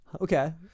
okay